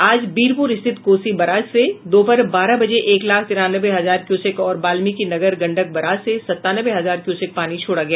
आज बीरपुर स्थित कोसी बराज से दोपहर बारह बजे एक लाख तिरानवे हजार क्यूसेक और वाल्मिकी नगर गंडक बराज से संतानवे हजार क्यूसेक पानी छोड़ा गया